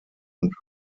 und